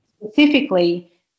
specifically